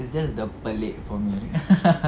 it's just the pelik for me